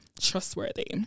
trustworthy